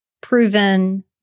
proven